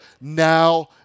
now